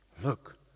Look